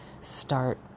start